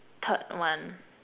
third one